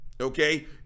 Okay